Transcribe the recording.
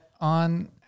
on